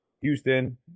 Houston